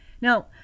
now